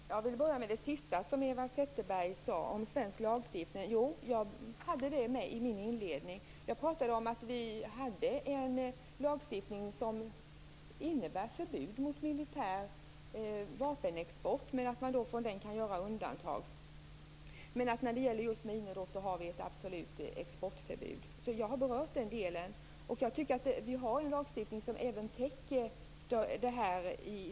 Fru talman! Jag vill börja med det sista som Eva Zetterberg sade om svensk lagstiftning. Jag hade det med i mitt inledningsanförande. Jag talade om att vi hade en lagstiftning som innebär förbud mot militär vapenexport men att man kan göra undantag från den. Men när det gäller just minor har vi ett absolut exportförbud. Jag har berört den delen. Vi har en lagstiftning som även täcker detta fall.